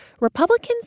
Republicans